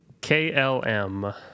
klm